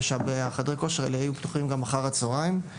שחדרי הכושר האלה יהיו פתוחים גם אחר הצוהריים.